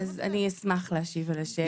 אז אני אשמח להשיב על שאלה הזאת.